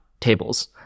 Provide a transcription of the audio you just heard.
tables